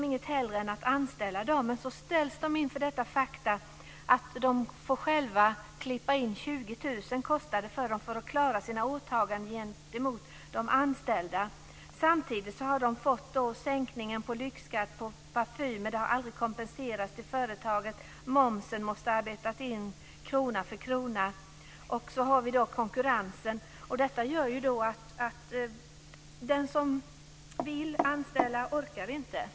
Men då ställs de inför detta faktum att detta kostar dem 20 000 kr för att klara åtagandena gentemot de anställda. Samtidigt har det blivit en sänkning av lyxskatten på parfym, men detta har företagen aldrig kompenserats för. Momsen måste arbetas in krona för krona. Sedan är det frågan om konkurrensen. Detta gör att den som vill anställa personal inte orkar.